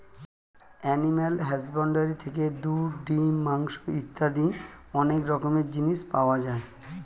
animal husbandry থেকে দুধ, ডিম, মাংস ইত্যাদি অনেক রকমের জিনিস পাওয়া যায়